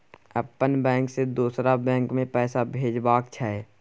अपन बैंक से दोसर बैंक मे पैसा भेजबाक छै?